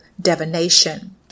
divination